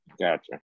Gotcha